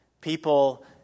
people